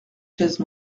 chaises